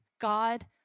God